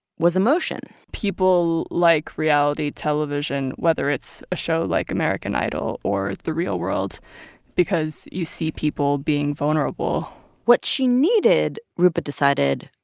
was emotion people like reality television, whether it's a show like american idol or the real world because you see people being vulnerable what she needed, roopa decided,